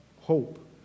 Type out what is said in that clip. hope